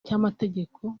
cy’amategeko